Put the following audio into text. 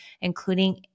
including